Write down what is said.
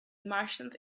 martians